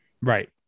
Right